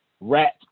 Rat